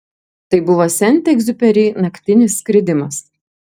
tai buvo sent egziuperi naktinis skridimas